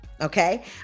Okay